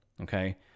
okay